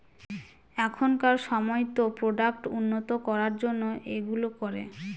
এখনকার সময়তো প্রোডাক্ট উন্নত করার জন্য এইগুলো করে